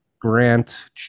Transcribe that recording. Grant